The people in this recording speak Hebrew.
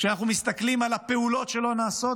כשאנחנו מסתכלים על הפעולות שלא נעשות.